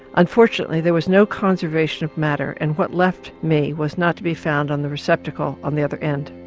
unfortunately there was no conservation of matter and what left me was not to be found on the receptacle on the other end.